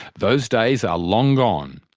those days are long gone.